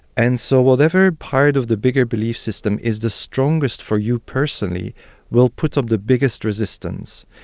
and so whatever part of the bigger belief system is the strongest for you personally will put up the biggest resistance,